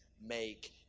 make